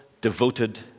devoted